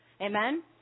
Amen